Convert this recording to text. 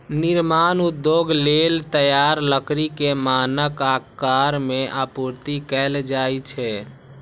निर्माण उद्योग लेल तैयार लकड़ी कें मानक आकार मे आपूर्ति कैल जाइ छै